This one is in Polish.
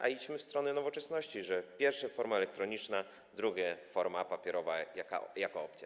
A idźmy w stronę nowoczesności, że po pierwsze, forma elektroniczna, po drugie, forma papierowa jako opcja.